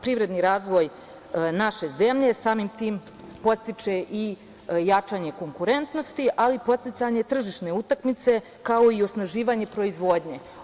Privredni razvoj naše zemlje samim tim podstiče jačanje konkurentnosti, ali podsticanje tržišne utakmice, kao i osnaživanje proizvodnje.